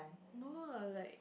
no lah like